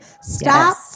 stop